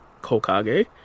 Kokage